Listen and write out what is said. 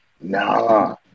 nah